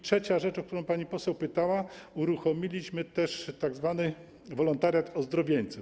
Trzecia rzecz, o którą pani poseł pytała: uruchomiliśmy też tzw. wolontariat ozdrowieńców.